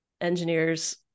engineers